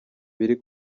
biri